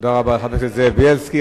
תודה רבה לחבר הכנסת זאב בילסקי.